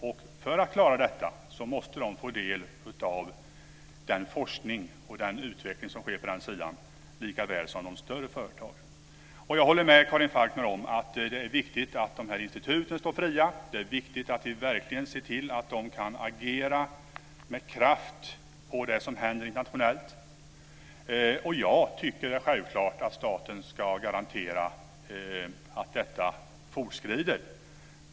Och för att klara detta måste de få del av den forskning och utveckling som sker på samma sätt som de större företagen. Jag håller med Karin Falkmer om att det är viktigt att dessa institut står fria. Det är viktigt att vi verkligen ser till att de kan agera med kraft i fråga om det som händer internationellt. Och jag tycker att det är självklart att staten ska garantera att detta fortskrider.